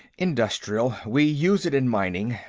industrial we use it in mining.